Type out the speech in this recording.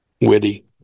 witty